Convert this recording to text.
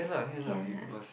can ah